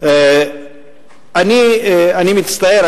אני מצטער,